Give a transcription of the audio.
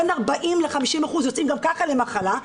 בין 40% ל-50% יוצאים גם ככה למחלה,